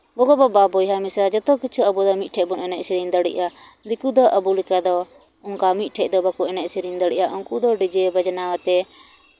ᱜᱚᱜᱚᱼᱵᱟᱵᱟ ᱵᱚᱭᱦᱟᱼᱢᱤᱥᱨᱟ ᱡᱚᱛᱚ ᱠᱤᱪᱷᱩ ᱟᱵᱚ ᱫᱚ ᱢᱤᱫ ᱴᱷᱮᱱ ᱵᱚᱱ ᱮᱱᱮᱡ ᱥᱮᱨᱮᱧ ᱫᱟᱲᱮᱭᱟᱜᱼᱟ ᱫᱤᱠᱩ ᱫᱚ ᱟᱵᱚ ᱞᱮᱠᱟ ᱫᱚ ᱚᱱᱠᱟ ᱢᱤᱫ ᱴᱷᱮᱱ ᱫᱚ ᱵᱟᱠᱚ ᱮᱱᱮᱡ ᱥᱮᱨᱮᱧ ᱫᱟᱲᱮᱭᱟᱜᱼᱟ ᱩᱱᱠᱩ ᱫᱚ ᱰᱤᱡᱮ ᱵᱟᱡᱽᱱᱟᱣ ᱟᱛᱮᱫ